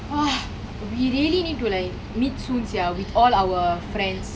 !wah! we really need to like meet soon sia with all our friends